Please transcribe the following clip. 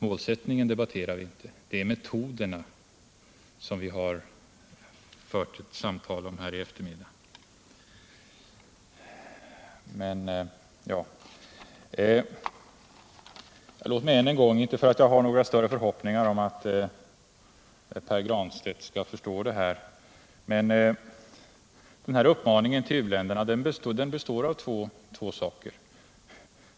Målsättningen debatterar vi inte — det är metoderna som vi fört ett samtal om här i eftermiddag. Låt mig än en gång säga — inte för att jag har några större förhoppningar om att Pär Granstedt skall förstå det — att den här uppmaningen till u-länderna består av två saker.